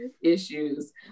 issues